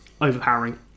overpowering